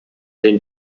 den